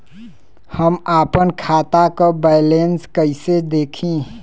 हम आपन खाता क बैलेंस कईसे देखी?